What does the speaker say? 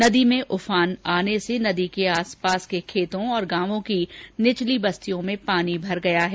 नदी में उफान आने से नदी के आस पास के खेतों और गावों की निचली बस्तियों में पानी भर गया है